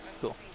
Cool